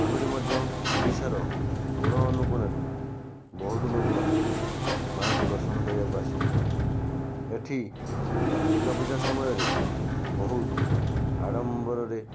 ଆହୁରି ମଧ୍ୟ ଓଡ଼ିଶାର କୋଣ ଅନୁକୋଣରୁ ବହୁତ ଲୋକ ମାଆଙ୍କୁ ଦର୍ଶନ କରିବାକୁ ଆସିଥାନ୍ତି ଏଠି ଦୁର୍ଗାପୂଜା ସମୟରେ ବହୁତ ଆଡ଼ମ୍ବରରେ